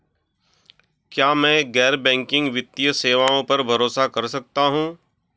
क्या मैं गैर बैंकिंग वित्तीय सेवाओं पर भरोसा कर सकता हूं?